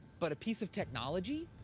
but a piece of technology?